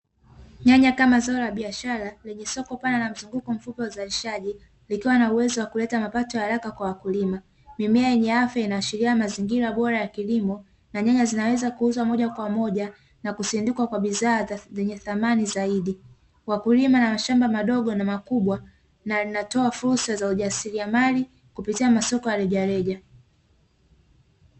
Nyanya kama zao la biashara lenye soko pana na mzunguko mfupi wa uzalishaji likiwa na uwezo wa wakuleta mapato ya haraka kwa wakulima. Mimea yenye afya inaashiria mazingira bora ya kilimo na nyanya zinaweza kuuzwa moja kwa moja na kusindikwa kwa bidhaa zenye thamani zaidi. Wakulima na mashamba madogo na makubwa na linalotoa fursa za ujasiriamali kupitia masoko ya rejareja.